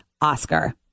Oscar